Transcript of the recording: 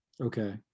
Okay